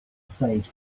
stage